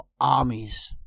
armies